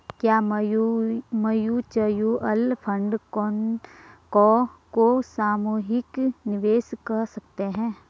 क्या mutual fund को सामूहिक निवेश कह सकते हैं?